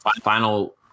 final